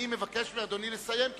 אני מבקש מאדוני לסיים.